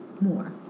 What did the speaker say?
more